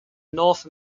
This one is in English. north